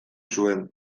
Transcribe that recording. zuen